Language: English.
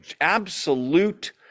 absolute